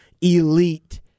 elite